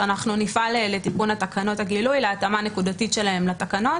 שאנחנו נפעל לתיקון תקנות הגילוי להתאמה נקודתית שלהם לתקנות